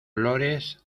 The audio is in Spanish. flores